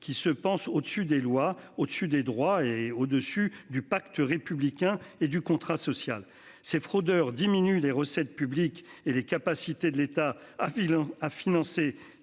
qui se pense au-dessus des lois, au-dessus des droits et au dessus du pacte républicain et du contrat social ces fraudeurs diminue des recettes publiques et les capacités de l'État a vilain